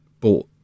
bought